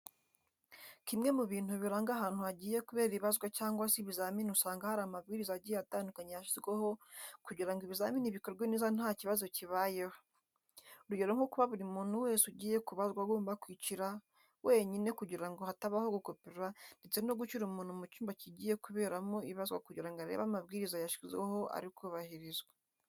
Kimwe mu bintu biranga ahantu hagiye kubera ibazwa cyangwa se ibizamini usanga hari amabwiriza agiye atandukanye yashyizweho kugira ngo ibizamini bikorwe neza ntakibazo kibayeho, urugero nko kuba buri muntu wese ugiye kubazwa agomba kwicira wenyine kugira ngo hatabaho gukopera ndetse no gushyira umuntu mu cyumba kigiye kuberamo ibazwa kugira ngo arebe ko amabwiriza yashyizweho ari kubahirizwa.